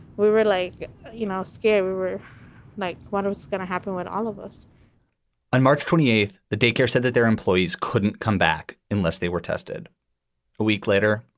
we were like, you know, scared we were like, what was going to happen when all of us on march twenty eighth, the daycare said that their employees couldn't come back unless they were tested a week later.